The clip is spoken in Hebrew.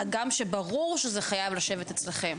הגם שברור שזה חייב לשבת אצלכם,